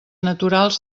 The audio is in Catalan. naturals